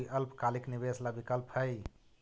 कोई अल्पकालिक निवेश ला विकल्प हई?